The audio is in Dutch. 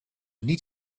niet